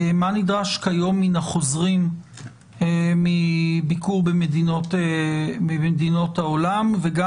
מה נדרש כיום מן החוזרים מביקור במדינות העולם וגם